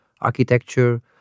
architecture